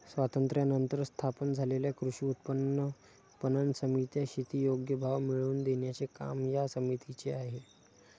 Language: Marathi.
स्वातंत्र्यानंतर स्थापन झालेल्या कृषी उत्पन्न पणन समित्या, शेती योग्य भाव मिळवून देण्याचे काम या समितीचे आहे